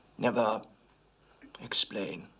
never explain.